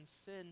sin